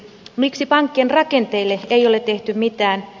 miksi pankkien rakenteille ei ole tehty mitään